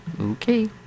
Okay